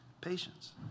patience